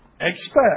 Expect